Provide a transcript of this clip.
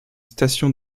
station